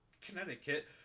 Connecticut